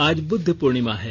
आज बुद्ध पूर्णिमा है